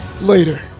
later